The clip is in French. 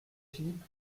philippe